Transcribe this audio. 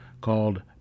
called